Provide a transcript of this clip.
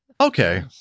Okay